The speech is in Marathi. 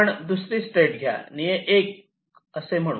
आपण दुसरी स्टेट घ्या निळे 1 असे म्हणू